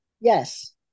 Yes